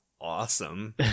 awesome